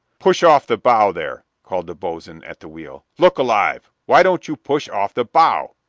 push off the bow there! called the boatswain at the wheel. look alive! why don't you push off the bow?